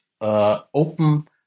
open